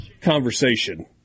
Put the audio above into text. conversation